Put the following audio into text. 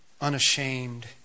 unashamed